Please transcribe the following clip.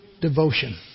Devotion